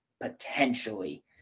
potentially